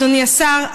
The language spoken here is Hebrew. אדוני השר,